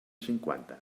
cinquanta